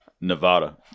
Nevada